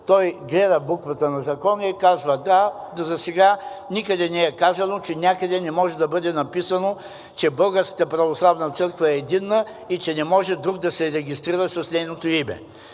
Той гледа буквата на закона и казва, да, засега никъде не е казано, че някъде не може да бъде написано, че Българската православна църква е единна и че не може друг да се регистрира с нейното име.